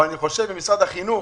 אבל ממשרד החינוך